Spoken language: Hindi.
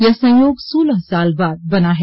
यह संयोग सोलह साल बाद बना है